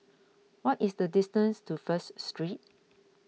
what is the distance to First Street